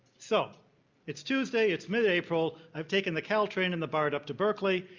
so it's tuesday, it's mid april, i've taken the caltrain in the bart up to berkeley,